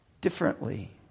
differently